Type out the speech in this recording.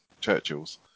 churchill's